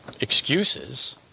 excuses